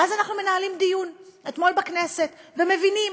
ואז אנחנו מנהלים דיון, אתמול בכנסת, ומבינים